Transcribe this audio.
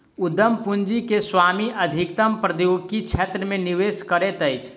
उद्यम पूंजी के स्वामी अधिकतम प्रौद्योगिकी क्षेत्र मे निवेश करैत अछि